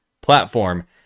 platform